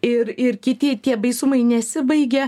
ir ir kiti tie baisumai nesibaigia